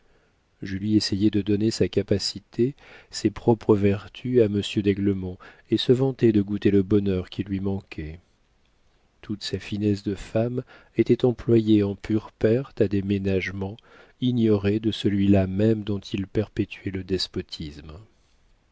vaincu julie essayait de donner sa capacité ses propres vertus à monsieur d'aiglemont et se vantait de goûter le bonheur qui lui manquait toute sa finesse de femme était employée en pure perte à des ménagements ignorés de celui-là même dont ils perpétuaient le despotisme